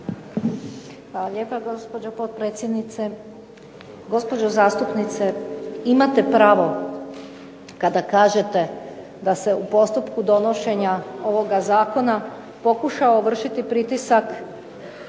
Hvala lijepa gospođo potpredsjednice. Gospođo zastupnice, imate pravo kada kažete da se u postupku donošenja ovoga zakona pokušao vršiti pritisak